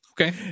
Okay